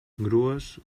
grues